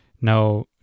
Now